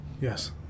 yes